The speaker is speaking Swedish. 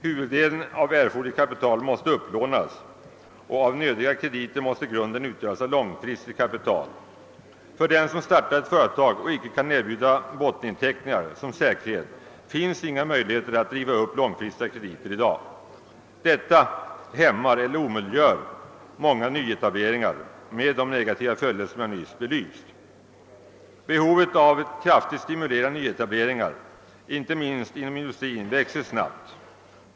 Huvuddelen av erforderligt kapital måste upplånas, och av nödvändiga krediter måste grunden utgöras av långfristigt kapital. För den som startar ett företag och icke kan erbjuda botteninteckningar som säkerhet finns i dag inga möjligheter att driva upp långfristiga krediter. Detta hämmar eller omöjliggör många nyetableringar med de negativa följder som jag nyss belyst. Behovet av att kraftigt stimulera nyetableringar, inte minst inom industrin, växer snabbt.